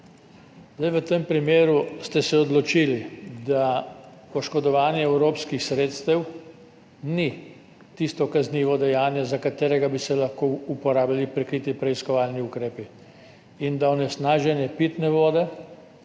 V tem primeru ste se odločili, da oškodovanje evropskih sredstev ni tisto kaznivo dejanje, za katero bi se lahko uporabljali prikriti preiskovalni ukrepi, in da onesnaženje pitne vode,